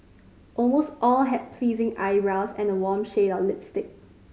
almost all had pleasing eyebrows and a warm shade of lipstick